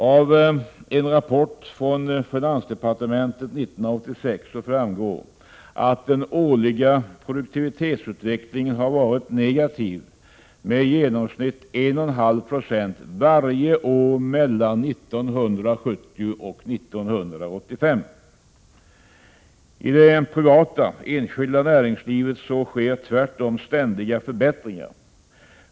Av en rapport från finansdepartementet 1986 framgår att den årliga produktivitetsutvecklingen varit negativ med i genomsnitt 1,5 96 varje år mellan 1970 och 1985. I det privata enskilda näringslivet sker tvärtom ständiga förbättringar.